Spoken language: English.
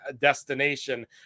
destination